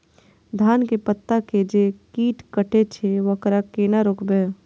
धान के पत्ता के जे कीट कटे छे वकरा केना रोकबे?